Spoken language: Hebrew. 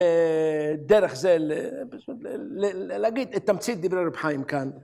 דרך זה, להגיד את תמצית דברי רב חיים כאן.